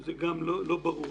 זה גם לא ברור.